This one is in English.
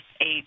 eight